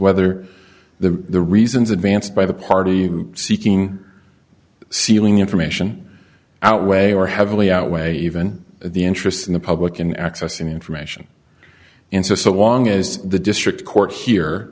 whether the reasons advanced by the party seeking sealing information outweigh or heavily outweigh even the interest in the public in accessing the information and so so long as the district court here